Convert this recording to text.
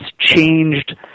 changed